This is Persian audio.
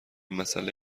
مساله